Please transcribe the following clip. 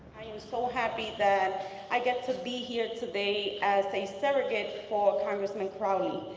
i am so happy that i get to be here today as a surrogate for congressman crowley.